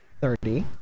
thirty